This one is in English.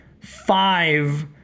five